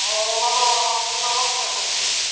ᱦᱳᱭ ᱚᱱᱟᱫᱚ ᱩᱱᱠᱩ ᱫᱚ ᱟᱞᱟᱜᱽ ᱜᱮᱭᱟ ᱠᱚ ᱩᱱᱠᱩᱣᱟᱜ ᱫᱚ